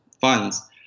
funds